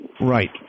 right